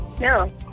No